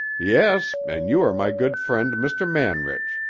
yes and you are my good friend mr. manrich.